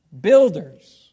Builders